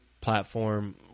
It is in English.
platform